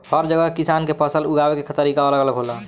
हर जगह के किसान के फसल उगावे के तरीका अलग अलग होला